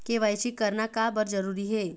KYC करना का बर जरूरी हे?